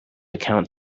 account